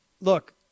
look